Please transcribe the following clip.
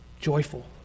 joyful